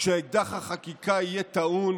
כשאקדח החקיקה יהיה טעון,